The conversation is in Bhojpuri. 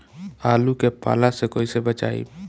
आलु के पाला से कईसे बचाईब?